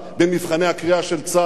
במבחני הקריאה של צה"ל,